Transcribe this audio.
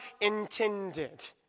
intended